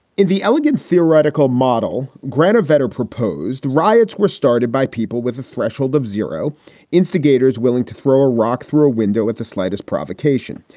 in the elegant theoretical model, granovetter proposed riots were started by people with a threshold of zero instigators willing to throw a rock through a window at the slightest provocation.